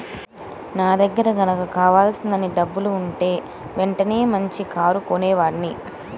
నా దగ్గర గనక కావలసినన్ని డబ్బులుంటే వెంటనే మంచి కారు కొనేవాడ్ని